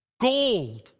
gold